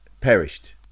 perished